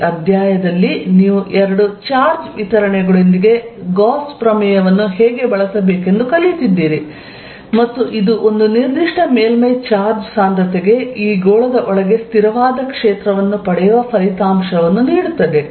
ಈ ಅಧ್ಯಾಯದಲ್ಲಿ ನೀವು ಎರಡು ಚಾರ್ಜ್ ವಿತರಣೆಗಳೊಂದಿಗೆ ಗಾಸ್ ಪ್ರಮೇಯವನ್ನು ಹೇಗೆ ಬಳಸಬೇಕೆಂದು ಕಲಿತಿದ್ದೀರಿ ಮತ್ತು ಇದು ಒಂದು ನಿರ್ದಿಷ್ಟ ಮೇಲ್ಮೈ ಚಾರ್ಜ್ ಸಾಂದ್ರತೆಗೆ ಈ ಗೋಳದೊಳಗೆ ಸ್ಥಿರವಾದ ಕ್ಷೇತ್ರವನ್ನು ಪಡೆಯುವ ಫಲಿತಾಂಶವನ್ನು ನೀಡುತ್ತದೆ